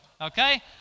Okay